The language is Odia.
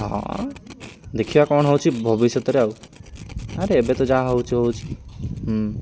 ହଁ ଦେଖିବା କ'ଣ ହେଉଛି ଭବିଷ୍ୟତରେ ଆଉ ଆରେ ଏବେ ତ ଯାହା ହେଉଛି ହେଉଛି ହୁଁ